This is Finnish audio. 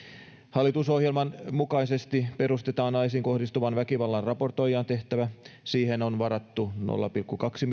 hallitusohjelman mukaisesti perustetaan naisiin kohdistuvan väkivallan raportoijan tehtävä siihen on varattu nolla pilkku kaksi